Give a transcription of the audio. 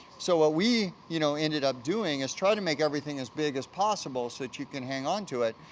so ah we, you know, ended up doing is try to make everything as big as possible so that you can hang onto it.